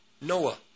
Noah